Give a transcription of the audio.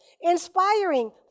inspiring